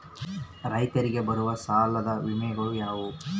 ರೈತರಿಗೆ ಬರುವ ಸಾಲದ ವಿಮೆಗಳು ಯಾವುವು?